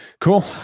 Cool